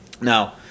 Now